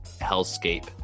hellscape